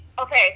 Okay